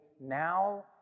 now